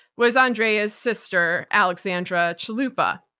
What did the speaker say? was andrea's sister, alexandra chalupa.